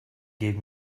gave